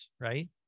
right